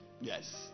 yes